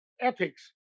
ethics